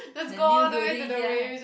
the new building still have